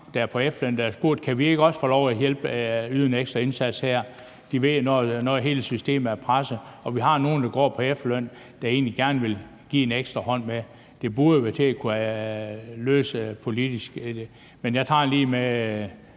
der er på efterløn, som har spurgt, om de ikke også kan få lov at hjælpe og yde en ekstra indsats her, når de ved, at hele systemet er presset, og når vi har nogle, der er på efterløn, der egentlig gerne vil give en ekstra hånd med. Det burde jo være til at løse politisk – men jeg tager det lige med